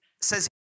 says